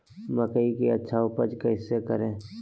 मकई की अच्छी उपज कैसे करे?